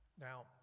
Now